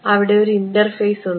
അവിടെ ഒരു ഇൻറർഫേസ് ഉണ്ട്